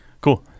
Cool